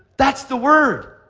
that's the word.